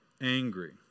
angry